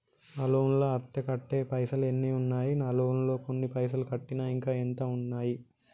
నా లోన్ లా అత్తే కట్టే పైసల్ ఎన్ని ఉన్నాయి నా లోన్ లా కొన్ని పైసల్ కట్టిన ఇంకా ఎంత ఉన్నాయి?